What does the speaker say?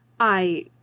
i